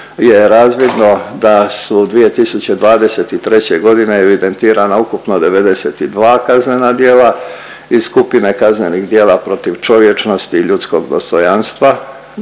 je razvidno da su 2023.g. evidentirana ukupno 92 kaznena djela iz skupine kaznenih djela protiv čovječnosti i ljudskog dostojanstva,